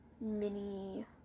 mini